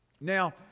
Now